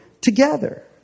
together